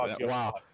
Wow